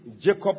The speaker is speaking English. Jacob